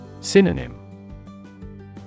Synonym